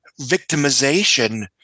victimization